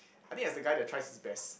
I think as a guy that tries his best